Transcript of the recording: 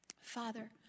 Father